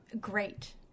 Great